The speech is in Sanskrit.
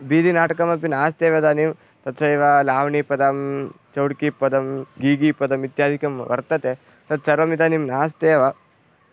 बीदिनाटकमपि नास्त्येव इदानीं तथैव लावणीपदं चौड्कीपदं गीगीपदम् इत्यादिकं वर्तते तत्सर्वम् इदानीं नास्त्येव